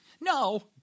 No